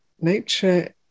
nature